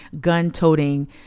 gun-toting